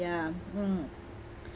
ya mm